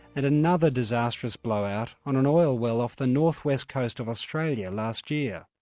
and another disastrous blowout on an oil well off the north-west coast of australia last year.